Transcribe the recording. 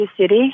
city